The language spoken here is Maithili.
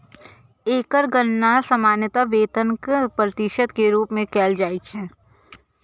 एकर गणना सामान्यतः वेतनक प्रतिशत के रूप मे कैल जाइ छै